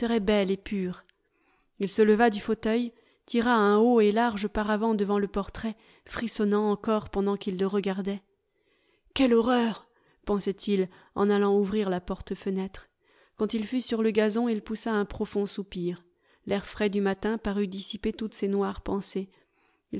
et pure il se leva du fauteuil tira un haut et large paravent devant le portrait frissonnant encore pendant qu'il le regardait quelle horreur pensait-il en allant ouvrir la porte-fenêtre quand il fut sur le gazon il poussa un profond soupir l'air frais du matin parut dissiper toutes ses noires pensées il